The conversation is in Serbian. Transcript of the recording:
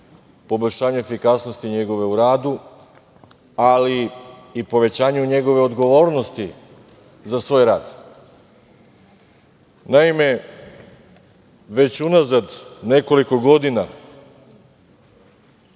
poboljšanje njegove efikasnosti u radu, ali i povećanje njegove odgovornosti za svoj rad. Naime, već unazad nekoliko godina